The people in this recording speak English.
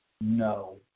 No